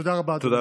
תודה רבה, אדוני.